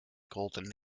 golden